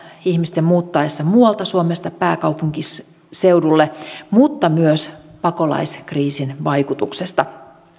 ihmisten muuttaessa muualta suomesta pääkaupunkiseudulle mutta myös pakolaiskriisin vaikutuksesta